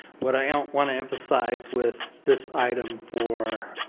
but i want to emphasize with this item for